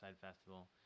Festival